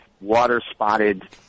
water-spotted